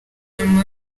nyuma